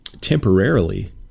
temporarily